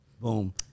boom